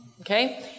Okay